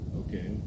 okay